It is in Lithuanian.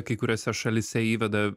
kai kuriose šalyse įveda